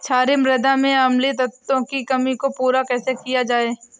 क्षारीए मृदा में अम्लीय तत्वों की कमी को पूरा कैसे किया जाए?